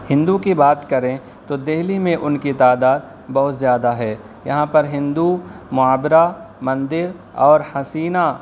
ہندو کی بات کریں تو دہلی میں ان کی تعداد بہت زیادہ ہے یہاں پر ہندو معابرہ مندر اور حسینہ